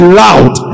loud